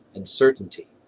and certainty.